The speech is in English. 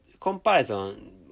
comparison